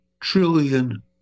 trillion